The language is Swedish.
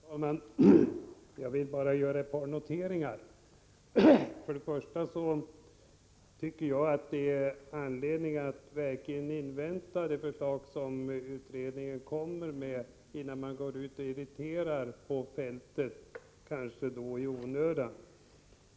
Herr talman! Jag vill bara göra ett par noteringar. För det första tycker jag det finns anledning att invänta det förslag som utredningen kommer med, innan man går ut och irriterar på fältet, kanske i onödan.